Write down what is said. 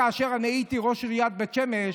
כאשר אני הייתי ראש עיריית בית שמש,